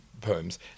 poems